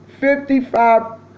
fifty-five